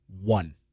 One